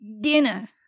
Dinner